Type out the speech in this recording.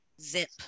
Zip